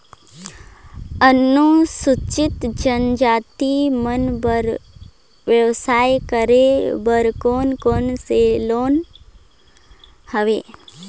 अनुसूचित जनजाति मन बर व्यवसाय करे बर कौन कौन से लोन हवे?